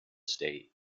state